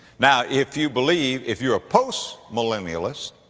now, if you believe, if you're a post-millennialist,